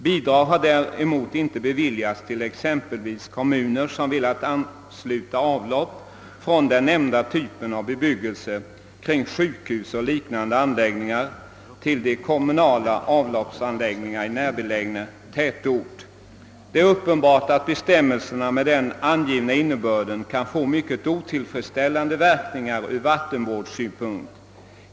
Bidrag har däremot inte beviljats exempelvis kommuner som velat ansluta avlopp från den nämnda typen av bebyggelse kring sjukhus och liknande anläggningar till de kommunala avloppsanläggningarna i en närbelägen tätort. Det är uppenbart att bestämmelser med den angivna innebörden kan få mycket otillfredsställande verkningar från vattenvårdssynpunkt.